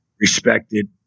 respected